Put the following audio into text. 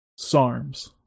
SARMs